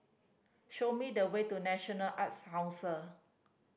show me the way to National Arts Council